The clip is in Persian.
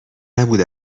نبود